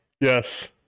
Yes